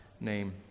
name